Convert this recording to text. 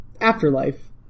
afterlife